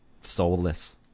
soulless